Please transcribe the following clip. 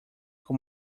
com